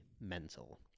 mental